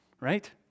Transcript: right